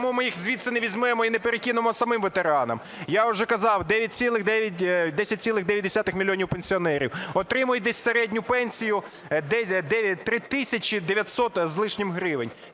чому ми їх звідси не візьмемо і не перекинемо самим ветеранам? Я вже казав: 10,9 мільйона пенсіонерів отримують десь середню пенсію 3 тисячі 900 з лишнім гривень.